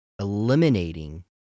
eliminating